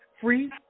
free